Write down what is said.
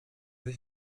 sich